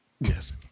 Yes